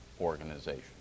organization